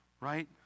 Right